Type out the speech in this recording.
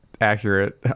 accurate